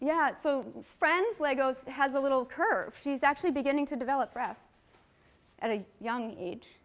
yeah friends lego's has a little curve she's actually beginning to develop breasts at a young age